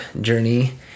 journey